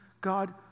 God